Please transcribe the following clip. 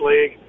league